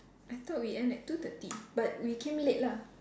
I thought we end at two thirty but we came late lah